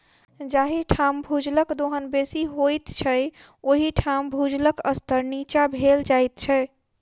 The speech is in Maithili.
जाहि ठाम भूजलक दोहन बेसी होइत छै, ओहि ठाम भूजलक स्तर नीचाँ भेल जाइत छै